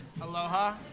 Aloha